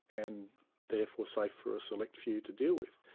and therefore safe for a select few to deal with.